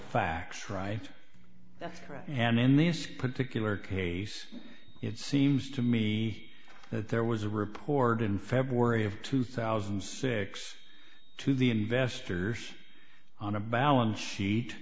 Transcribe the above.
facts right that's correct and in this particular case it seems to me that there was a report in february of two thousand and six to the investors on a balance sheet